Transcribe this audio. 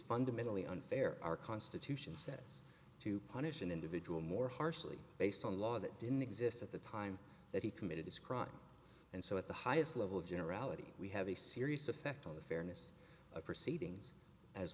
fundamentally unfair our constitution sets to punish an individual more harshly based on laws that didn't exist at the time that he committed this crime and so at the highest level of generality we have a serious effect on the fairness of proceedings as